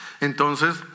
Entonces